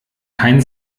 kein